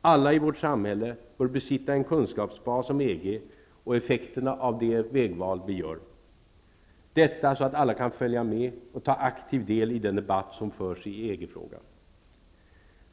Alla i vårt samhälle bör besitta en kunskapsbas om EG och effekterna av det vägval vi står inför, detta så att alla kan följa med och ta aktiv del i den debatt som förs i EG-frågan.